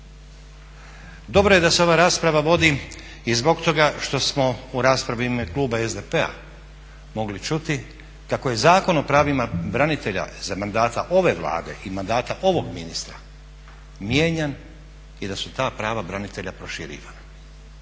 Dobro je da se ova rasprava vodi i zbog toga što smo u raspravi u ime kluba SDP-a mogli čuti kako je Zakon o pravima branitelja za mandata ove Vlade i mandata ovog ministra mijenjan i da su ta prava branitelja proširivana